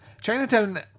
Chinatown